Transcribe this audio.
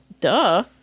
Duh